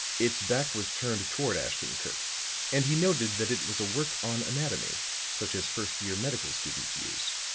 its back was turned toward ashton-kirk and he noted that it was a work on anatomy such as first-year medical students use.